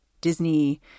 Disney